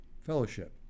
fellowship